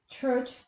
church